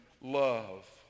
love